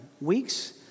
weeks